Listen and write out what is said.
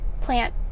plant